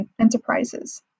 enterprises